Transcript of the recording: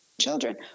children